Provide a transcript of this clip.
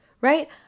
right